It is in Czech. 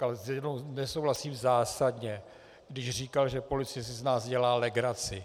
Ale s jednou věcí nesouhlasím zásadně: když říkal, že policie si z nás dělá legraci.